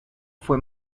fue